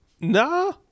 Nah